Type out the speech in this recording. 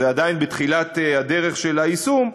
זה עדיין בתחילת הדרך של היישום,